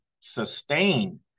sustain